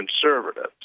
conservatives